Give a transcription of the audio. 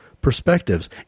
perspectives